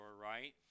right